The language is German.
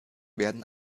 werden